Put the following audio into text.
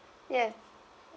yes